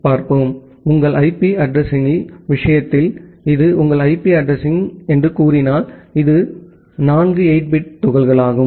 எனவே உங்கள் ஐபி அட்ரஸிங்யின் விஷயத்தில் இது உங்கள் ஐபி அட்ரஸிங் என்று கூறினால் இந்த நான்கு 8 பிட் துகள்களிலும்